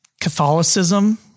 Catholicism